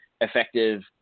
effective